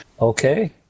Okay